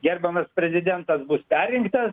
gerbiamas prezidentas bus perrinktas